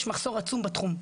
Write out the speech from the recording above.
יש מחסור עצום בתחום,